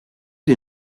des